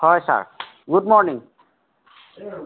হয় sir good morning